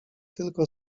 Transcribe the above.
tylko